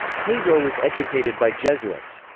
pedro was educated by jesuits.